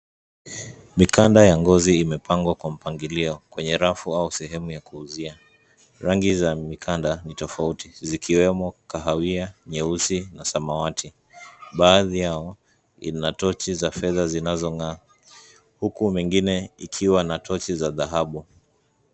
Mikanda ya ngozi imepangwa kwa mpangilio kwenye rafu au sehemu ya kuuzia. Rangi za mikanda ni tofauti zikiwemo kahawia, nyeusi na samawati. Baadhi yao ina tochi za fedha zinazong'aa huku mengine ikiwa na tochi za dhahabu.